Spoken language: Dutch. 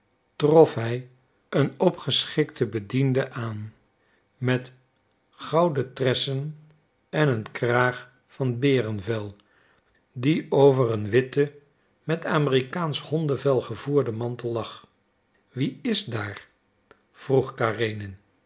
trof hij een opgeschikten bediende aan met gouden tressen en een kraag van berenvel die over een witten met amerikaansch hondevel gevoerden mantel lag wie is daar vroeg